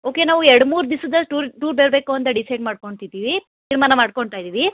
okay ನಾವು ಎರಡು ಮೂರು ದಿವ್ಸದಲ್ಲಿ ಟೂರ್ಗೆ ಟೂರ್ ಬರಬೇಕು ಅಂತ ಡಿಸೈಡ್ ಮಾಡ್ಕೊಳ್ತಿದ್ದೀವಿ ತೀರ್ಮಾನ ಮಾಡ್ಕೊಳ್ತಾ ಇದ್ದೀವಿ